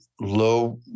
low